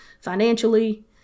financially